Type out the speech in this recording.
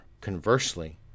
conversely